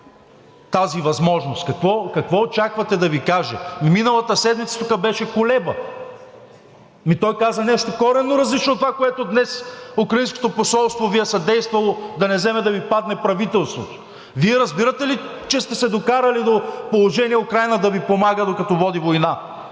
тази възможност, какво очаквате да Ви каже? Миналата седмица тука беше Кулеба, ами той каза нещо коренно различно от това, което днес украинското посолство Ви е съдействало, да не вземе да Ви падне правителството. Вие разбирате ли, че сте се докарали до положение Украйна да Ви помага, докато води война